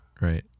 right